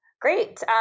great